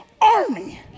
army